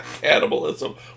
Cannibalism